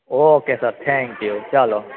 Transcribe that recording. okay sir thank you ચાલો